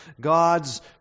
God's